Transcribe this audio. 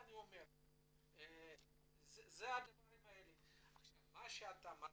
מה שאתה אמרת,